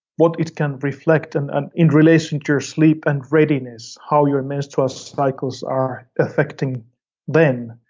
what it can reflect and and in relation to your sleep and readiness, how your menstrual cycles are affecting them.